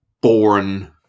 born